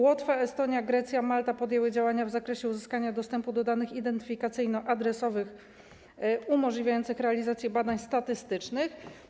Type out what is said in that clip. Łotwa, Estonia, Grecja, Malta podjęły działania w zakresie uzyskania dostępu do danych identyfikacyjno-adresowych umożliwiających realizację badań statystycznych.